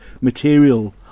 material